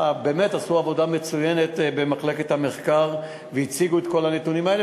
באמת עשו עבודה מצוינת במחלקת המחקר והציגו את כל הנתונים האלה,